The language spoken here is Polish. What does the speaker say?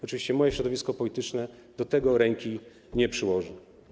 Oczywiście moje środowisko polityczne do tego ręki nie przyłoży.